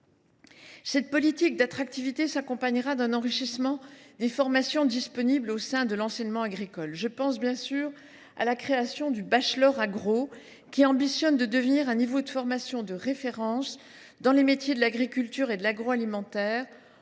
Cette politique d’attractivité s’accompagnera d’un enrichissement des formations disponibles au sein de l’enseignement agricole. Je pense bien sûr à la création du bachelor agro, dont nous ambitionnons de faire un niveau de formation de référence dans les métiers de l’agriculture et de l’agroalimentaire,